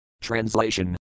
Translation